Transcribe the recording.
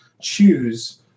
choose